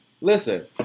Listen